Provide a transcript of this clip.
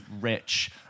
rich